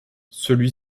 celui